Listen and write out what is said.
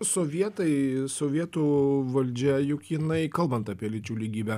sovietai sovietų valdžia juk jinai kalbant apie lyčių lygybę